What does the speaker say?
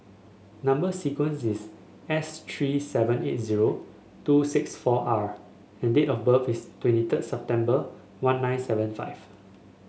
number sequence is S three seven eight zero two six four R and date of birth is twenty third September one nine seven five